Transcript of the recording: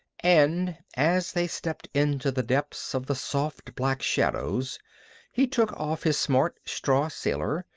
and as they stepped into the depths of the soft black shadows he took off his smart straw sailor,